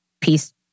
peace